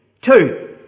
Two